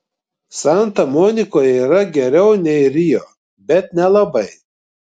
santa monikoje yra geriau nei rio bet nelabai